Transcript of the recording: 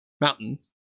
mountains